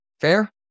Fair